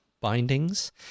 bindings